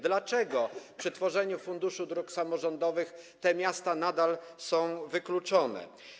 Dlaczego przy tworzeniu Funduszu Dróg Samorządowych te miasta nadal są wykluczone?